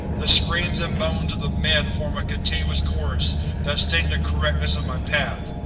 the screams and moans of the men form a continuous chorus that sings the correctness of my path.